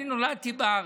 אני נולדתי בארץ,